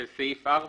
של סעיף 4,